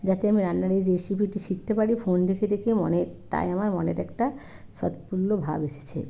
যাতে আমি রান্নার এই রেসিপিটি শিখতে পারি ফোন দেখে দেখে মনে তাই আমার মনের একটা উৎফুল্ল ভাব এসেছে